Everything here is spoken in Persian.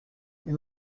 این